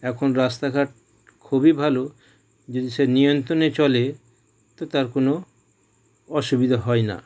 এখন রাস্তাঘাট খুবই ভালো যদি সে নিয়ন্তণে চলে তো তার কোনো অসুবিধা হয় না